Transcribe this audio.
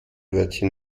wörtchen